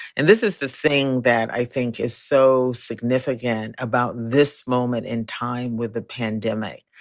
and this is the thing that i think is so significant about this moment in time with the pandemic.